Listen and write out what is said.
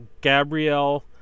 Gabrielle